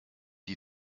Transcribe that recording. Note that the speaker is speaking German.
die